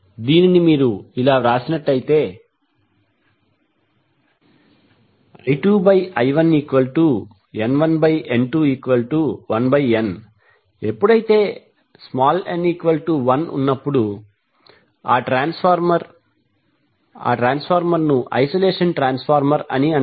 దీనిని మీరు ఇలా వ్రాస్తే I2I1N1N21n ఎప్పుడైతే n1 ఉన్నప్పుడు ఆ ట్రాన్స్ఫార్మర్ను ఐసోలేషన్ ట్రాన్స్ఫార్మర్ అంటారు